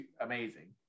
amazing